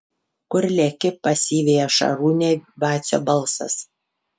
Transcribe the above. kur leki pasiveja šarūnę vacio balsas